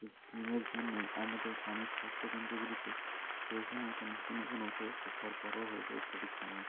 এই স্টেমের জন্যই আমাদের গ্রামের স্বাস্থ্যকেন্দ্রগুলিকে প্রয়োজন মতন কোনো কোনো ওষুধের যে সরবরাহ হয়ে যায় সঠিক সময়ে